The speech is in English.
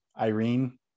Irene